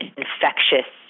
infectious